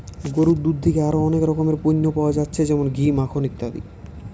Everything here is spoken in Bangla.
গরুর দুধ থিকে আরো অনেক রকমের পণ্য পায়া যাচ্ছে যেমন ঘি, মাখন ইত্যাদি